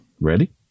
Ready